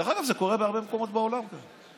דרך אגב, זה קורה בהרבה מקומות בעולם גם.